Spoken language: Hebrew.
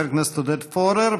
חבר הכנסת עודד פורר,